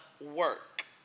work